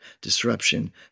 disruption